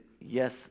Yes